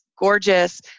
gorgeous